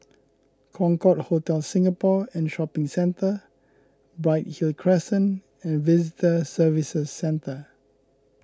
Concorde Hotel Singapore and Shopping Centre Bright Hill Crescent and Visitor Services Centre